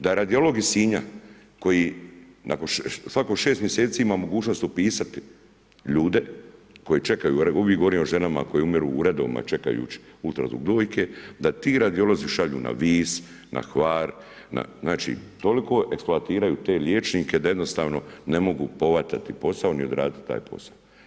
Da radiolog iz Sinja koji svako 6 mjeseci ima mogućnost upisat ljude koji čekaju, uvijek govorim o ženama koje umiru u redovima čekajući ultrazvuk dojke, da ti radiolozi šalju na Vis, na Hvar, znači toliko eksploatiraju te liječnike da jednostavno ne mogu povatati taj posao ni odraditi taj posao.